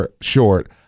short